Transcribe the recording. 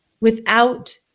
without-